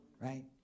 Right